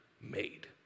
made